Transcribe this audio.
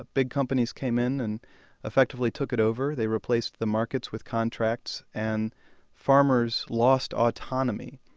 ah big companies came in and effectively took it over. they replaced the markets with contracts and farmers lost autonomy,